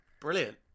Brilliant